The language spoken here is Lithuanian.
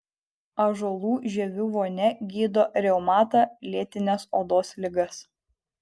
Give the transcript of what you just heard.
ąžuolų žievių vonia gydo reumatą lėtines odos ligas